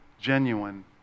genuine